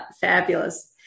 fabulous